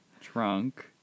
trunk